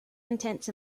intents